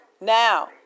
Now